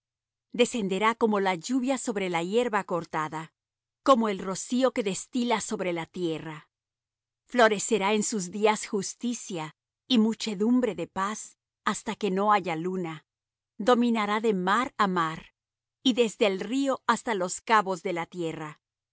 descenderá como la lluvia sobre la hierba cortada como el rocío que destila sobre la tierra florecerá en sus día justicia y muchedumbre de paz hasta que no haya luna y dominará de mar á mar y desde el río hasta los cabos de la tierra